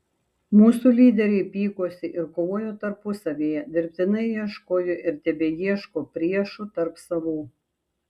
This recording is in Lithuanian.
mūsų lyderiai pykosi ir kovojo tarpusavyje dirbtinai ieškojo ir tebeieško priešų tarp savų